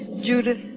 Judith